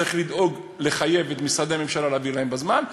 צריך לדאוג לחייב את משרדי הממשלה להעביר להן בזמן,